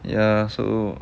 ya so